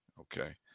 Okay